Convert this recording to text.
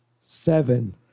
seven